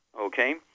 okay